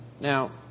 Now